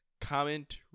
comment